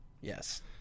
yes